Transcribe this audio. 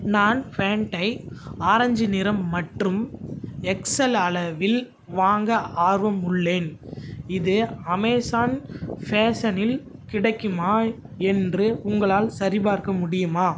நான் ஃபேண்ட்டை ஆரேஞ்சு நிறம் மற்றும் எக்ஸ்எல் அளவில் வாங்க ஆர்வம் உள்ளேன் இது அமேசான் ஃபேஷனில் கிடைக்குமா என்று உங்களால் சரிபார்க்க முடியுமா